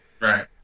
Right